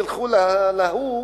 תלכו לשם,